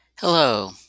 Hello